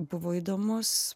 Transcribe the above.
buvo įdomus